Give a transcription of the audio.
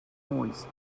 noise